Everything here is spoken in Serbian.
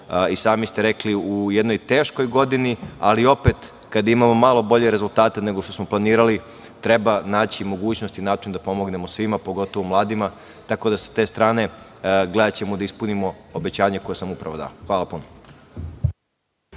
i sami ste rekli, u jednoj teškoj godini, ali opet, kada imamo malo bolje rezultate nego što smo planirali, treba naći mogućnost i način da pomognemo svima, pogotovo mladima. Tako da, sa te strane gledaćemo da ispunimo obećanje koje sam upravo dao. Hvala puno.